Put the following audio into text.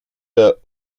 der